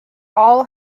all